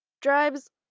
drives